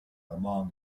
among